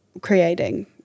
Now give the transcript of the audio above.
creating